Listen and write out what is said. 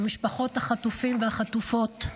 למשפחות החטופים והחטופות.